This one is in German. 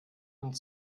und